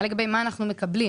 ומה לגבי מה שאנחנו מקבלים?